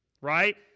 right